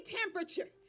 temperature